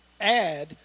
add